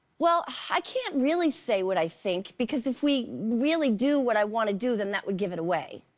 well, i can't really say what i think because if we really do what i want to do than that would give it away.